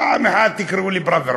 פעם אחת תקראו לי ברוורמן.